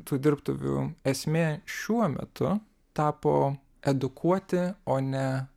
tų dirbtuvių esmė šiuo metu tapo edukuoti o ne